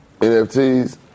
nfts